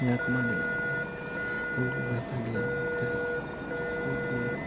ಯಾಕೆ ಮಾಡಿಲ್ಲ ಅಂದರೆ ಅವ್ರ್ಗೆ ಬೇಕಾಗಿಲ್ಲ ಅನಿಸುತ್ತೆ ವಿದ್ಯೆ